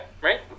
right